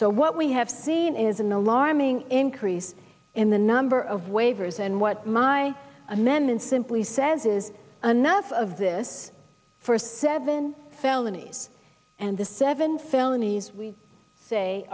so what we have seen is an alarming increase in the number of waivers and what my amendment simply says is enough of this first seven felonies and the seven felonies we say